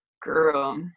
Girl